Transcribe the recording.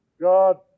God